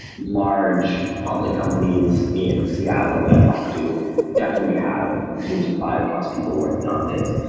large public companies in seattle that i've talked to definitely have teams of five plus people working on this.